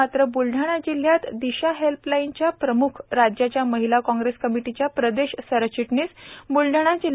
मात्र तिथे ब्लढाणा जिल्ह्यातील दिशा हेल्पलाईनच्या प्रम्ख राज्याच्या महीला कॉग्रेस कमीटीच्या प्रदेश सरचिटणीस ब्लडाणा जि